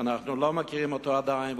שאנחנו לא מכירים אותו עדיין,